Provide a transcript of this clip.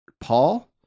Paul